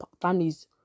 families